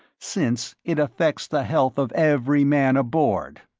since it affects the health of every man aboard.